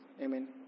amen